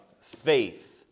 faith